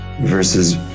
versus